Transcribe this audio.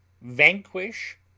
Vanquish